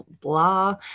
blah